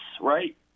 right